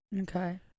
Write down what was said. Okay